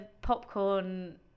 popcorn